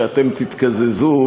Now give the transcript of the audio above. שאתם תתקזזו,